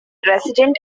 resident